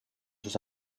sus